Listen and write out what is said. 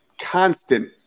constant